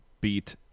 beat